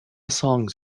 songs